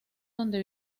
donde